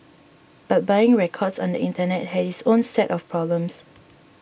but buying records on the Internet has its own set of problems